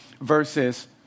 verses